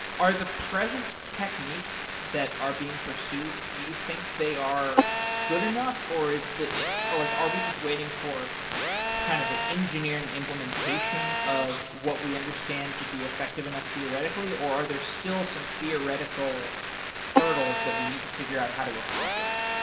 are the present techniques that are being pursued, do you think they are good enough or like are we just waiting for kind of the engineering implementation of what we understand to be effective enough theoretically, or are there still some theoretical hurdles that we need to figure out how to accomplish?